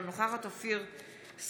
אינה נוכחת אופיר סופר,